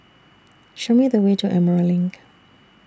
Show Me The Way to Emerald LINK